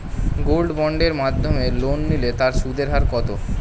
Gold বন্ডের মাধ্যমে loan নিলে তার সুদের হার কত?